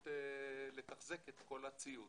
לתחזק את כל הציוד.